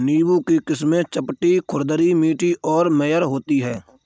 नींबू की किस्में चपटी, खुरदरी, मीठी और मेयर होती हैं